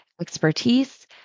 expertise